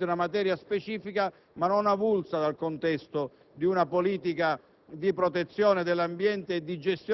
una materia specifica ma non avulsa dal contesto di una politica